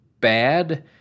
bad